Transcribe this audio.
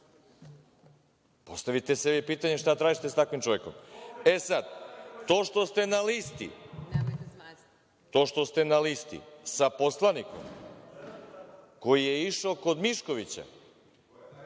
postavite sebi pitanje šta tražite sa takvim čovekom. Sada, to što ste na listi sa poslanikom koji je išao kod Miškovića,